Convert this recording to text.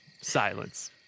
Silence